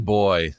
boy